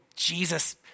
Jesus